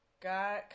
got